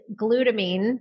glutamine